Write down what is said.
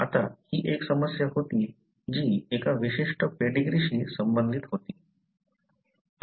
आता ही एक समस्या होती जी एका विशिष्ट पेडीग्रीशी संबंधित होती